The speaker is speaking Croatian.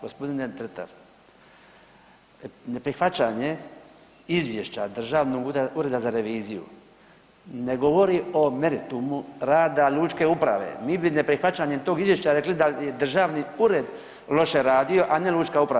Gospodine Dretar neprihvaćanje izvješća Državnog ureda za reviziju ne govori o meritumu rada lučke uprave, mi bi neprihvaćanjem tog izvješća rekli da je državni ured loše radio, a ne lučka uprava.